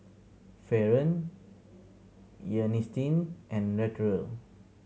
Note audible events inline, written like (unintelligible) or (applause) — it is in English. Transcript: Faron (unintelligible) and Latrell